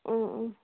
ꯎꯝ ꯎꯝ